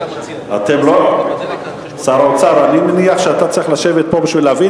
אני מניח שאתה צריך לשבת פה בשביל להבין